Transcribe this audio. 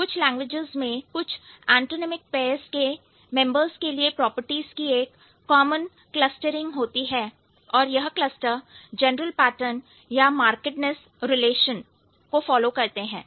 कुछ लैंग्वेजेज़ में कुछ एंटोनिमिक pairs के मेंबर्स के लिए प्रॉपर्टीस की एक कॉमन क्लस्टरिंग होती है और यह क्लस्टर जनरल पाटर्न या markedness relation मारक्डनेस रिलेशन को फॉलो करते हैं